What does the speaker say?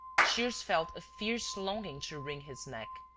shears felt a fierce longing to wring his neck.